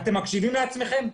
אתם מקשיבים לעצמכם?